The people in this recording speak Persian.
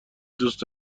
دوست